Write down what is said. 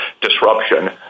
disruption